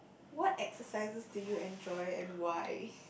what exercises do you enjoy and why